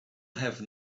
have